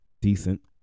Decent